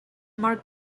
marc